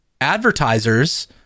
advertisers